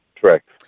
Correct